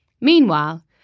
Meanwhile